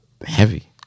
Heavy